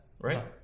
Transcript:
Right